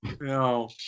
No